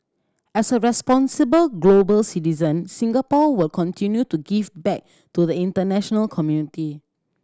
as a responsible global citizen Singapore will continue to give back to the international community